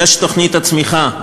יש תוכנית צמיחה,